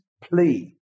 plea